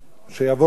שיבוא יום